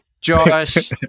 Josh